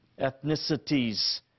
Ethnicities